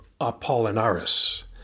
Apollinaris